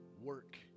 work